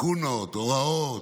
לקונות, הוראות,